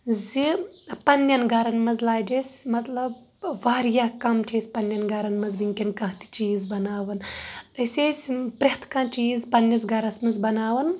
زِ پَنٕنٮ۪ن گرن منٛز لاجہِ اسہِ مطلب واریاہ کم چھِ أسۍ پَنٕٮنٮ۪ن گرن منٛز وۄنۍکیٚن کانٛہہ تہِ چیٖز بَناوان أسۍ ٲسۍ پریٚھ کانٛہہ چیٖز پَنٕنِس گرس منٛز بَناوان